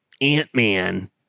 Ant-Man